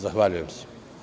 Zahvaljujem se.